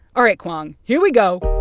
all right, kwong. here we go